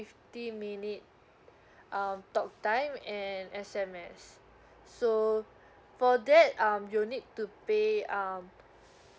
fifty minute um talk time and S_M_S so for that um you'll need to pay um